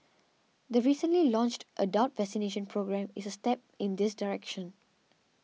the recently launched adult vaccination programme is a step in this direction